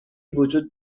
وجود